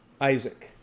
Isaac